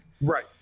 Right